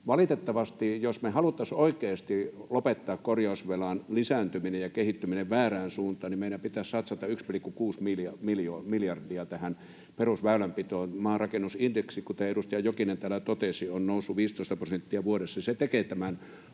Valitettavasti, jos me haluttaisiin oikeasti lopettaa korjausvelan lisääntyminen ja kehittyminen väärään suuntaan, meidän pitäisi satsata 1,6 miljardia tähän perusväylänpitoon. Maarakennusindeksi, kuten edustaja Jokinen täällä totesi, on noussut 15 prosenttia vuodessa — se tekee tämän